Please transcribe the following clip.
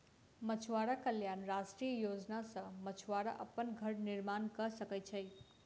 मछुआरा कल्याण राष्ट्रीय योजना सॅ मछुआरा अपन घर निर्माण कय सकै छै